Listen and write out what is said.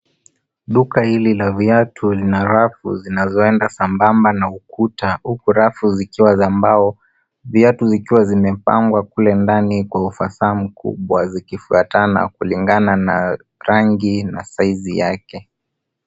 Duka hili la viatu lina rafu zinazoenda sambamba na ukuta huku rafu zikiwa za mbao, viatu vikiwa vimepangwa kule ndani kwa ufasaa mkubwa vikifuatana kulingana na rangi na saizi yake.